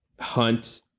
hunt